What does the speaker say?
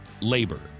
labor